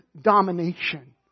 domination